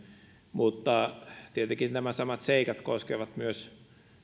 mutta tietenkin nämä samat seikat koskevat myös